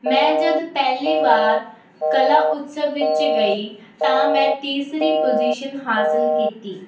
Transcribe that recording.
ਮੈਂ ਜਦੋਂ ਪਹਿਲੀ ਵਾਰ ਕਲਾ ਉਤਸਵ ਵਿੱਚ ਗਈ ਤਾਂ ਮੈਂ ਤੀਸਰੀ ਪੁਜੀਸ਼ਨ ਹਾਸਲ ਕੀਤੀ